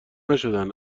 نشدن